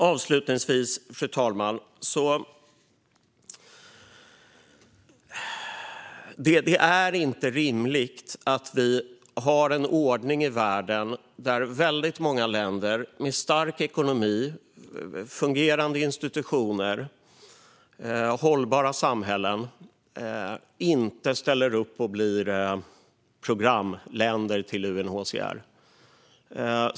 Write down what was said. Avslutningsvis, fru talman: Det är inte rimligt att vi har en ordning i världen där väldigt många länder med stark ekonomi och fungerande institutioner - hållbara samhällen - inte ställer upp och blir programländer till UNHCR.